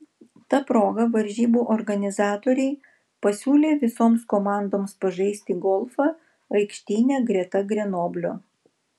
ta proga varžybų organizatoriai pasiūlė visoms komandoms pažaisti golfą aikštyne greta grenoblio